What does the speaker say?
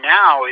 now